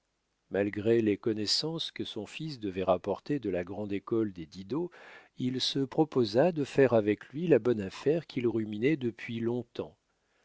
malgré les connaissances que son fils devait rapporter de la grande école des didot il se proposa de faire avec lui la bonne affaire qu'il ruminait depuis long-temps